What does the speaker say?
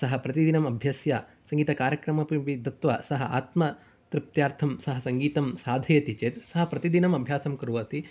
सः प्रतिदिनम् अभ्यस्य सङ्गीतकार्यक्रममपि गत्वा सः आत्मतृप्त्यर्थं स सङ्गीतं साधयति चेत् सः प्रतिदिनम् अभ्यासं कुर्वति